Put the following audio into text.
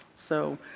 so,